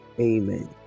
Amen